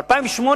ב-2008,